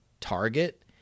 target